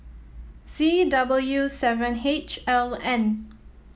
Z W seven H L N